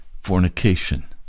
fornication